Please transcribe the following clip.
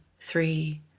three